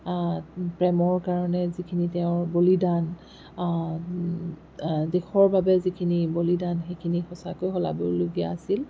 প্ৰেমৰ কাৰণে যিখিনি তেওঁৰ বলিদান দেশৰ বাবে যিখিনি বলিদান সেইখিনি সঁচাকৈয়ে শলাগিবলগীয়া আছিল